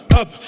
up